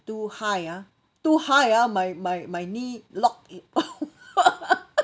to high ah to high ah my my my knee locked it